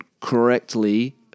correctly